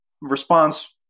response